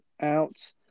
out